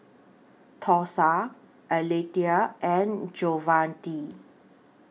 Thursa Alethea and Javonte